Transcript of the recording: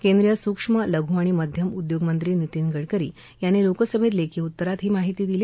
केंद्रीय स्क्ष्म लघ् आणि मध्यम उद्योग मंत्री नितीन गडकरी यांनी लोकसभेत लेखी उतरात ही माहिती दिली